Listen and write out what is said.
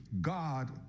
God